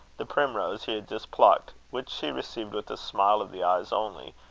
the primrose he had just plucked, which she received with a smile of the eyes only,